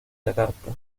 yakarta